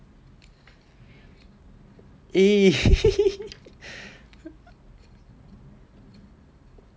eh